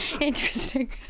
Interesting